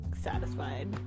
satisfied